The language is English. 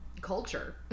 culture